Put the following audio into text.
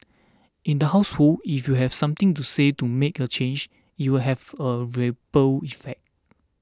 in the household if you've something to say to make a change it will have a ripple effect